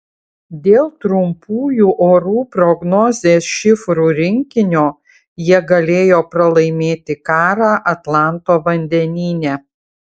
dėl trumpųjų orų prognozės šifrų rinkinio jie galėjo pralaimėti karą atlanto vandenyne